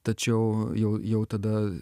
tačiau jau jau tada